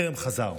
טרם חזר.